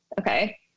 okay